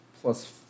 plus